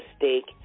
mistake